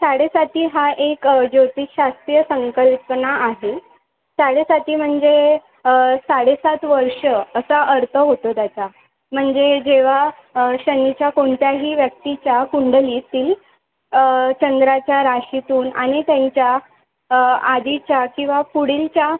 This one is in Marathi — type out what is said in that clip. साडेसाती ही एक ज्योतिषशास्त्रीय संकल्पना आहे साडेसाती म्हणजे साडेसात वर्षं असा अर्थ होतो त्याचा म्हणजे जेव्हा शनीच्या कोणत्याही व्यक्तीच्या कुंडलीतील चंद्राच्या राशीतून आणि त्यांच्या आधीच्या किंवा पुढीलच्या